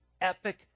epic